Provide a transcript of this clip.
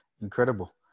Incredible